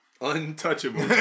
Untouchable